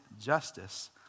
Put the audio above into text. justice